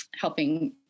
helping